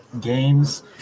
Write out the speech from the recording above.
games